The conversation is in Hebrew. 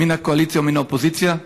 מן הקואליציה ומן האופוזיציה,